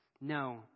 No